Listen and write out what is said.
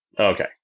Okay